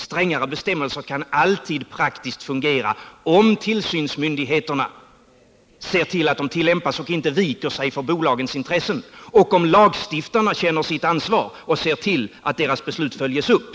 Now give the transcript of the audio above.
Strängare bestämmelser kan alltid fungera praktiskt, om tillsynsmyndigheterna ser till att bestämmelserna tillämpas och inte viker sig för bolagens intressen och om lagstiftarna känner sitt ansvar och ser till att deras beslut följs upp.